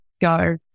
go